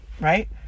Right